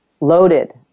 loaded